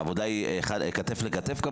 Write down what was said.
העבודה היא כתף לכתף.